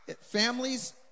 Families